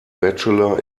bachelor